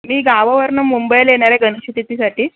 मी गावावरनं मुंबईला येणार आहे गणपतीसाठी